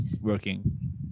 working